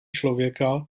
člověka